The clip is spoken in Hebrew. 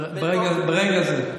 ברגע זה.